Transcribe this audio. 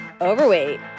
overweight